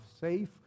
safe